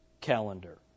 calendar